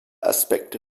aspekte